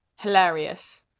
hilarious